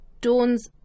Dawn's